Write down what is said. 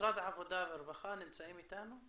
משרד העבודה והרווחה נמצאים איתנו?